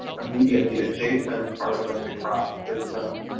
immediately adjacent part of the crop system.